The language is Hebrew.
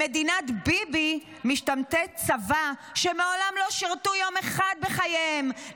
במדינת ביבי משתמטי צבא שלא שירתו יום אחד בחייהם,